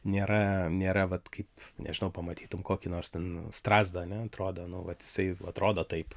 nėra nėra vat kaip nežinau pamatytum kokį nors ten strazdą ane atrodo nu vat jisai atrodo taip